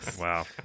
Wow